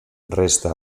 resta